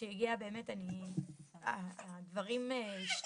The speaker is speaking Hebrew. וכשהיא הגיעה באמת הדברים השתנו,